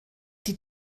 die